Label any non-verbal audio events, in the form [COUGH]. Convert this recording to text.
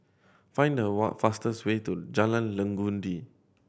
find the [UNINTELLIGIBLE] fastest way to Jalan Legundi